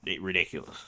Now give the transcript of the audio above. ridiculous